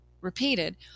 repeated